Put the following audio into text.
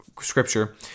scripture